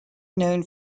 known